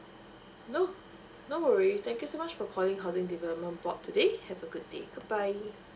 no no worries thank you so much for calling housing development board today have a good day goodbye